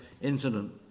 incident